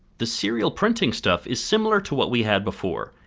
the serial printing stuff is similar to what we had before,